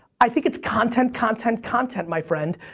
i think it's content, content, content, my friend.